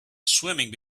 swimming